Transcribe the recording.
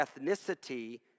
ethnicity